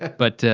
but,